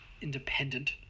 independent